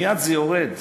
מייד זה יורד